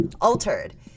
altered